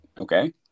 Okay